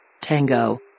Tango